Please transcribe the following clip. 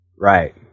Right